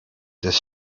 des